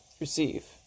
receive